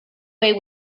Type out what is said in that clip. way